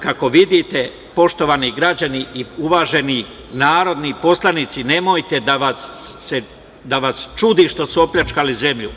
Kako vidite, poštovani građani i uvaženi narodni poslanici, nemojte da vas čudi što su opljačkali zemlju.